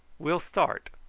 we'll start.